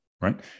right